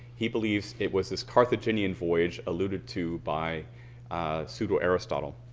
he believes it was the carthiagian voyage alluded to by pseudo aristotle.